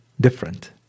different